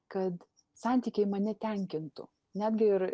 kad santykiai mane tenkintų netgi ir